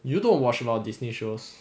you don't watch a lot of disney shows